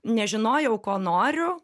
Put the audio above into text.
nežinojau ko noriu